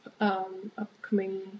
upcoming